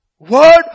word